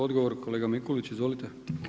Odgovor kolega Mikulić, izvolite.